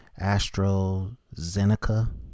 AstraZeneca